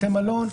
בתי מלון,